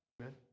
Amen